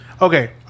Okay